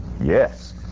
Yes